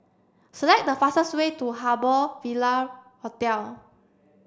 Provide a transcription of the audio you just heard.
select the fastest way to Harbour Ville Hotel